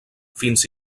fins